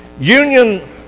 Union